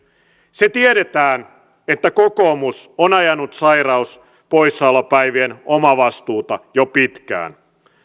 se tiedetään että kokoomus on ajanut sairauspoissaolopäivien omavastuuta jo pitkään